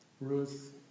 Ruth